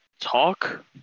talk